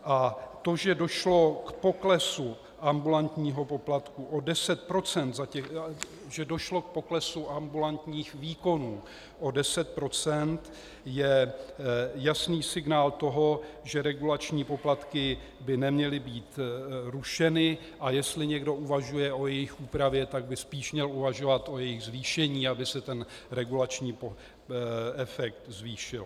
A to, že došlo k poklesu ambulantního poplatku o 10 %, že došlo k poklesu ambulantních výkonů o 10 %, je jasný signál toho, že regulační poplatky by neměly být rušeny, a jestli někdo uvažuje o jejich úpravě, tak by spíš měl uvažovat o jejich zvýšení, aby se ten regulační efekt zvýšil.